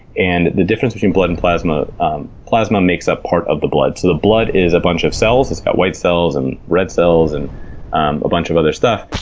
and the difference between blood and plasma plasma makes up part of the blood. the blood is a bunch of cells. it's got white cells, and red cells, and um a bunch of other stuff.